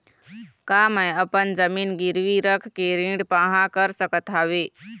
का मैं अपन जमीन गिरवी रख के ऋण पाहां कर सकत हावे?